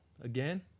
again